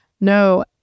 No